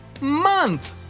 month